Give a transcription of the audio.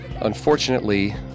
Unfortunately